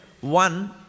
one